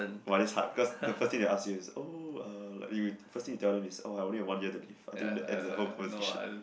!wah! that's hard because the first thing they will ask you is oh uh you first thing you tell them is oh I only have one year to live I think that ends the whole conversation